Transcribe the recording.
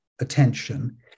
attention